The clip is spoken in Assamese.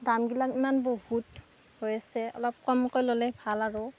দামবিলাক ইমান বহুত হৈছে অলপ কমকৈ ল'লে ভাল আৰু